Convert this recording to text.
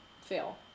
Fail